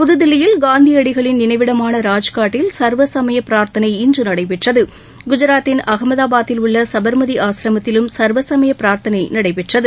புதுதில்லியில் காந்தியடிகளின் நினைவிடமான ராஜ்காட்டில் சர்வசமய பிரார்த்தனை இன்று நடைபெற்றது குஜராத்தின் அகமதபாத்தில் உள்ள சபர்மதி ஆஸ்ரமத்திலும் சர்வசமய பிரார்த்தனை நடைபெற்றது